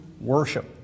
worship